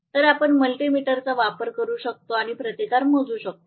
तर आपण मल्टि मीटरचा वापर करू शकतो आणि प्रतिकार मोजू शकतो